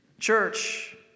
Church